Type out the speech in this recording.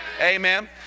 Amen